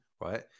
right